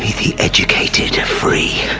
the educated are free.